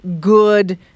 good